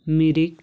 Mirik